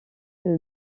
que